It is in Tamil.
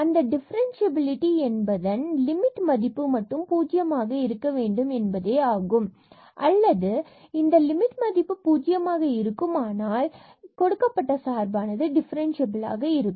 அந்த டிஃபரன்ஸ்சியபிலிடி என்பதன் லிமிட் மதிப்பு பூஜ்ஜியமாக இருக்க வேண்டும் என்பதே ஆகும் அல்லது இந்த லிமிட் மதிப்பு பூஜ்ஜியமாக இருக்குமேயானால் கொடுக்கப்பட்ட சார்பானது டிஃபரன்ஸ்சியபில் ஆக இருக்கும்